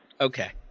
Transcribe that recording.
Okay